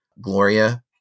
Gloria